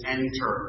enter